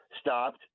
stopped